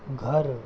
घर